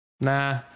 Nah